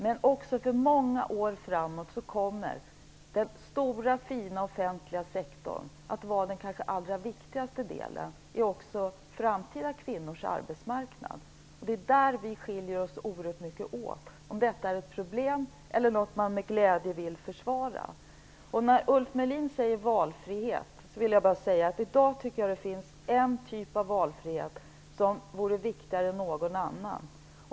Men också för många år framåt kommer den stora, fina offentliga sektorn att vara den kanske allra viktigaste delen i kvinnors framtida arbetsmarknad. Det är där vi skiljer oss oerhört mycket åt, om man anser att detta är ett problem eller något man med glädje vill försvara. När Ulf Melin säger valfrihet vill jag bara säga att jag tycker att en typ av valfrihet är viktigare än någon annan.